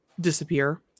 disappear